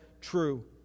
true